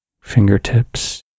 fingertips